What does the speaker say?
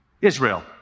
Israel